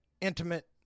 intimate